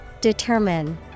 Determine